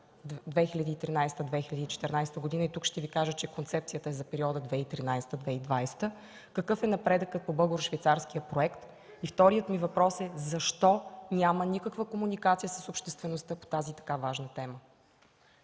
2013-2014 г.? Тук ще Ви кажа, че концепцията е за периода 2013-2020 г. Какъв е напредъкът по българо-швейцарския проект? И вторият ми въпрос е: защо няма никаква комуникация с обществеността по тази така важна тема?